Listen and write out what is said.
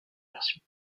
versions